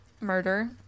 murder